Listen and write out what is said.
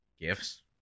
gifts